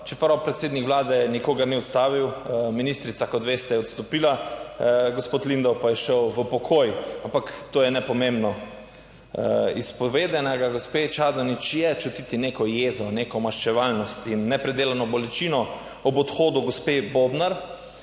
čeprav predsednik Vlade nikogar ni ustavil, ministrica kot veste je odstopila, gospod Lindav pa je šel v pokoj, ampak to je nepomembno. Iz povedanega gospe Čadonič je čutiti neko jezo, neko maščevalnost in nepredelano bolečino ob odhodu gospe Bobnar.